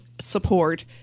support